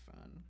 fun